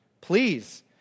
Please